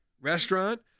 restaurant